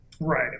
Right